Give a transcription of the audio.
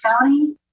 County